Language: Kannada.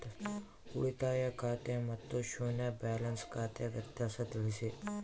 ಉಳಿತಾಯ ಖಾತೆ ಮತ್ತೆ ಶೂನ್ಯ ಬ್ಯಾಲೆನ್ಸ್ ಖಾತೆ ವ್ಯತ್ಯಾಸ ತಿಳಿಸಿ?